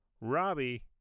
robbie